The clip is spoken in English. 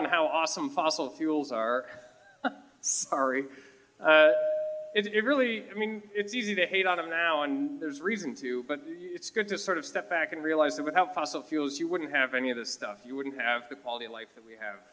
on how awesome fossil fuels are ari it really i mean it's easy to hate on them now and there's reason to but it's good to sort of step back and realize that we have fossil fuels you wouldn't have any of this stuff you wouldn't have the quality of life that we have